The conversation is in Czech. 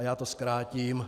A já to zkrátím.